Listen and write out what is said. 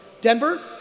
Denver